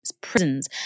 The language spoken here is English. Prisons